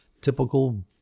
typical